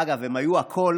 אגב, הם היו הכול